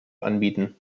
anbieten